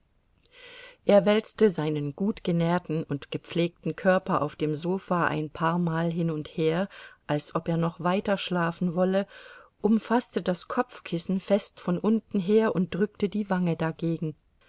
er wälzte seinen gut genährten und gepflegten körper auf dem sofa ein paarmal hin und her als ob er noch weiterschlafen wolle umfaßte das kopfkissen fest von unten her und drückte die wange dagegen